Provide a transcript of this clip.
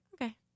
okay